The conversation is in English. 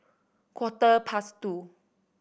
quarter past two